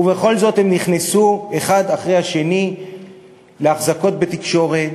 ובכל זאת הם נכנסו אחד אחרי השני לאחזקות בתקשורת